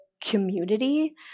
community